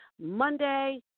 Monday